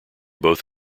both